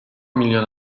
milyon